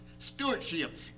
stewardship